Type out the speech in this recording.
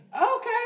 Okay